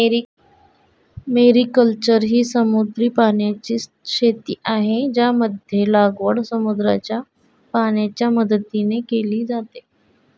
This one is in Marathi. मेरीकल्चर ही समुद्री पाण्याची शेती आहे, ज्यामध्ये लागवड समुद्राच्या पाण्याच्या मदतीने केली जाते